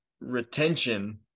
retention